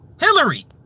Hillary